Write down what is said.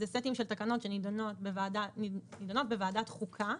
אלה סטים של תקנות שנידונות בוועדת חוקה,